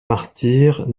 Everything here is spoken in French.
martyrs